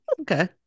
okay